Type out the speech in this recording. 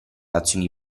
azioni